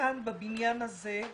כאן, בבניין הזה,